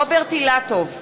רוברט אילטוב,